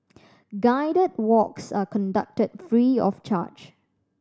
guided walks are conducted free of charge